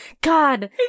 God